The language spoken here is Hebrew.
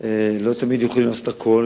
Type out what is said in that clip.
לא תמיד יכולים לעשות הכול,